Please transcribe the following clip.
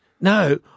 no